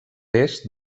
est